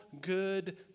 good